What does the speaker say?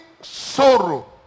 sorrow